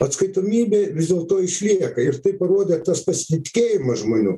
atskaitomybė vis dėlto išlieka ir tai parodė tas pasitikėjimas žmonių